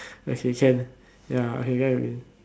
okay can ya okay I get what you mean